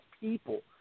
people